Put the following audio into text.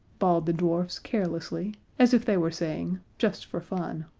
bawled the dwarfs carelessly as if they were saying, just for fun.